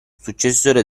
successore